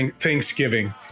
Thanksgiving